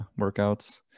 workouts